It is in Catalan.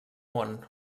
món